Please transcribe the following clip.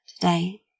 today